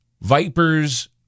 Vipers